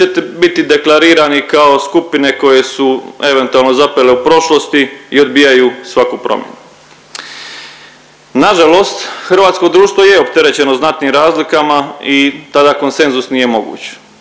ćete biti deklarirani kao skupine koje su eventualno zapele u prošlosti i odbijaju svaku promjenu. Nažalost hrvatsko društvo je opterećeno znatnim razlikama i tada konsenzus nije moguć.